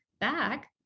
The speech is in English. back